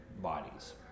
bodies